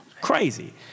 crazy